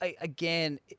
again